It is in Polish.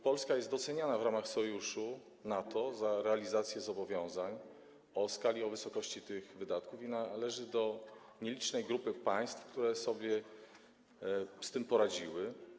Polska jest doceniana w ramach Sojuszu, NATO za realizację zobowiązań o takiej skali, chodzi o wysokość tych wydatków, i należy do nielicznej grupy państw, które sobie z tym poradziły.